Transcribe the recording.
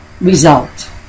result